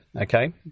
okay